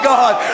God